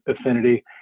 affinity